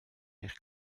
eich